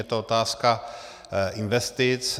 Je to otázka investic.